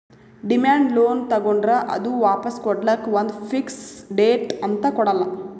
demand loan ತಗೋಂಡ್ರ್ ಅದು ವಾಪಾಸ್ ಕೊಡ್ಲಕ್ಕ್ ಒಂದ್ ಫಿಕ್ಸ್ ಡೇಟ್ ಅಂತ್ ಕೊಡಲ್ಲ